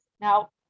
Now